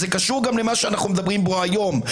וזה קשור גם למה שאנחנו מדברים בו היום.